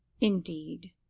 indeed,